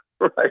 right